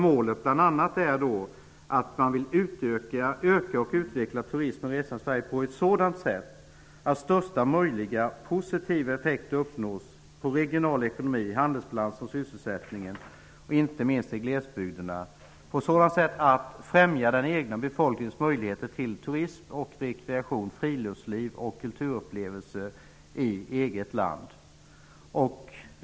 Målet är bl.a. att öka och utveckla turism och resande i Sverige på ett sådant sätt att största möjliga positiva effekter uppnås på regional ekonomi, handelsbalans och sysselsättning inte minst i glesbygderna. Detta skall ske på sådant sätt att det främjar den egna befolkningens möjligheter till turism, rekreation, friluftsliv och kulturupplevelser i eget land.